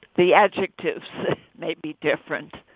the adjectives may be different.